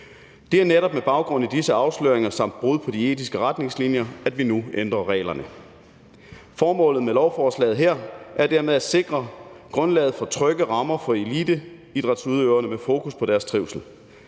Det er netop med baggrund i disse afsløringer samt brud på de etiske retningslinjer, at vi nu ændrer reglerne. Formålet med lovforslaget her er dermed at sikre grundlaget for trygge rammer for eliteidrætsudøverne med fokus på deres trivsel.